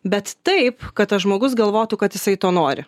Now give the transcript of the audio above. bet taip kad tas žmogus galvotų kad jisai to nori